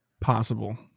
possible